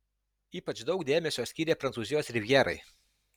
ypač daug dėmesio skyrė prancūzijos rivjerai